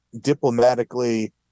diplomatically